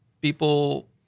people